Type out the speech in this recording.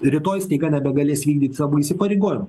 rytoj staiga nebegalės vykdyt savo įsipareigojimų